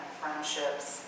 friendships